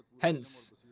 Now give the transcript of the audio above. Hence